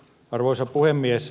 arvoisa puhemies